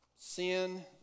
Sin